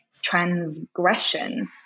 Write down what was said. transgression